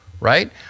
right